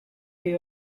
day